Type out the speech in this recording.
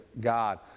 God